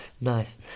Nice